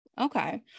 Okay